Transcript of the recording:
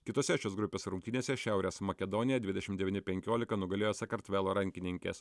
kitose šios grupės rungtynėse šiaurės makedonija dvidešim devyni penkiolika nugalėjo sakartvelo rankininkes